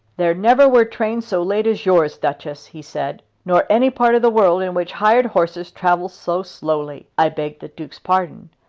there never were trains so late as yours, duchess, he said, nor any part of the world in which hired horses travel so slowly. i beg the duke's pardon,